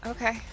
Okay